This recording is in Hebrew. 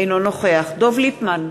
אינו נוכח דב ליפמן,